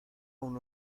aún